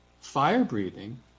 fire-breathing